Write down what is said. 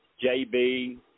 JB